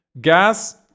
Gas